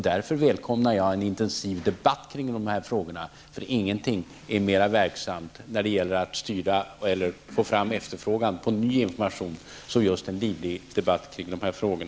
Därför välkomnar jag en intensiv debatt om dessa frågor, eftersom ingenting är mer verksamt när det gäller att skapa efterfrågan på ny information än just en livlig debatt kring dessa frågor.